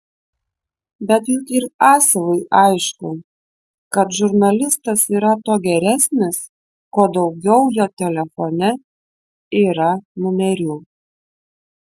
bet juk ir asilui aišku kad žurnalistas yra tuo geresnis kuo daugiau jo telefone yra numerių